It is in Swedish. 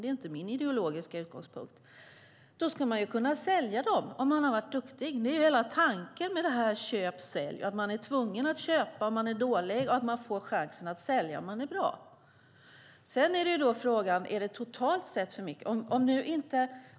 Det är inte min ideologiska utgångspunkt. Hela tanken med att köpa och sälja är att man är tvungen att köpa om man är dålig och får chansen att sälja om man är bra. Sedan är frågan om det totalt sett är för mycket.